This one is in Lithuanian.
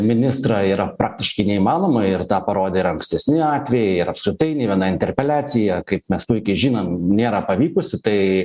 ministrą yra praktiškai neįmanoma ir tą parodė ir ankstesni atvejai ir apskritai nė viena interpeliacija kaip mes puikiai žinom nėra pavykusi tai